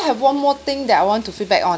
have one more thing that I want to feedback on